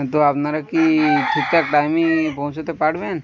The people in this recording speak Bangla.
ক তো আপনারা কি ঠিকঠাক টাইমই পৌঁছোতে পারবেন